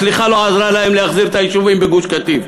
הסליחה לא עזרה להם להחזיר את היישובים בגוש-קטיף.